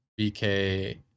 BK